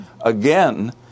again